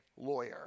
Lawyer